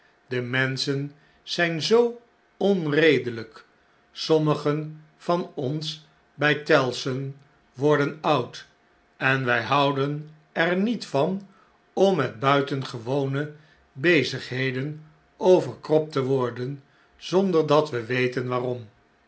de menschen zjjn zoo onredelijk sommigen van ons bj tellson worden oud en wjj houden er niet van om met buitengewone bezigheden overkropt te worden zonder dat we weten waarom